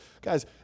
Guys